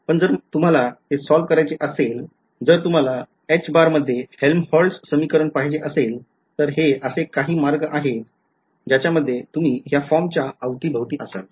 पण जर तुम्हाला ते सॉल्व्ह करायचे असेल जर तुम्हाला मध्ये हेल्महोल्त्झ समीकरण पाहिजे असेल तर हे असे काही मार्ग आहेत ज्याच्यामध्ये तुम्ही ह्या फॉर्मच्या अवती भवती असाल